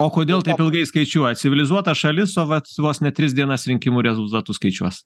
o kodėl taip ilgai skaičiuoja civilizuota šalis o vat vos ne tris dienas rinkimų rezultatus skaičiuos